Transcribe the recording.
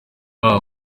haba